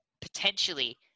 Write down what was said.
potentially